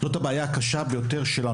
זאת הבעיה הקשה ביותר של ערים,